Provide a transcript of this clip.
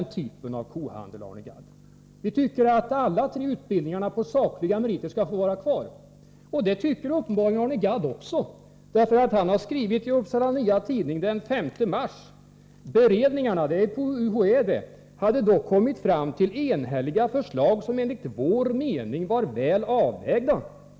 Nej, Arne Gadd, vi ägnar oss inte åt den typen av kohandel. Vi tycker att alla tre utbildningarna på sakliga meriter skall få vara kvar. Det tycker uppenbarligen även Arne Gadd. Han har den 15 mars i år skrivit i Upsala Nya Tidning: ”Beredningarna” — på UHÄ — ”hade dock kommit fram till enhälliga förslag, som enligt vår mening var väl avvägda.